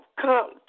come